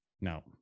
no